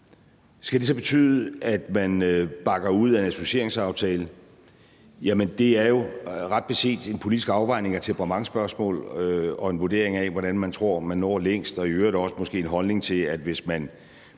Skal det så betyde, at man bakker ud af en associeringsaftale? Jamen det er jo ret beset en politisk afvejning af temperamentsspørgsmål og en vurdering af, hvordan man tror man når længst, og i øvrigt også måske en holdning til, at hvis man